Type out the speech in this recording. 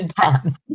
time